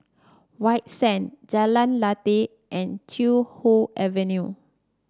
White Sands Jalan Lateh and Chee Hoon Avenue